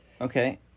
Okay